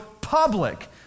public